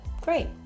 great